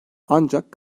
ancak